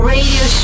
Radio